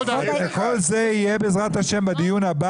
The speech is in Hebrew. כל זה יהיה, בעזרת השם, בדיון הבא.